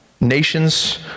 Nations